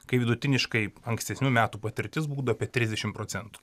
kai vidutiniškai ankstesnių metų patirtis būdavo apie trisdešimt procentų